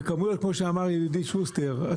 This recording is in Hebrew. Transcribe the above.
וכמויות כמו שאמר ידידי שוסטר,